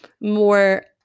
more